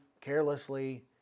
carelessly